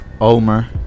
Omer